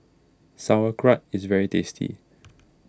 Sauerkraut is very tasty